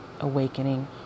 awakening